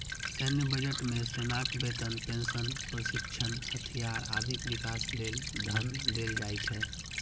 सैन्य बजट मे सेनाक वेतन, पेंशन, प्रशिक्षण, हथियार, आदिक विकास लेल धन देल जाइ छै